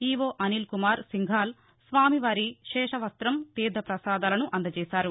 EO Anilkumar Singhal స్వామివారి శేషవస్త్రం తీర్వపసాదాలను అందజేశారు